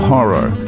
Horror